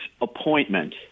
appointment